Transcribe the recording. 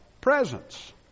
presence